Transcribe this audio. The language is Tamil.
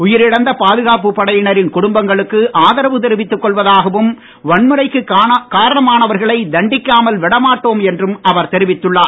உயிரிழந்த பாதுகாப்பு படையினரின் குடும்பங்களுக்கு ஆதரவு தெரிவித்துக் கொள்வதாகவும் வன்முறைக்கு காரணமானவற்களை தண்டிக்காமல் விடமாட்டோம் என்றும் அவர் தெரிவித்துள்ளார்